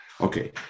Okay